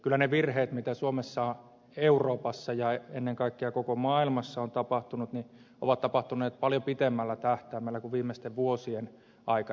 kyllä ne virheet mitä suomessa euroopassa ja ennen kaikkea koko maailmassa on tapahtunut ovat tapahtuneet paljon pitemmällä tähtäimellä kuin viimeisten vuosien aikana